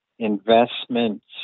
investments